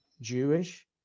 Jewish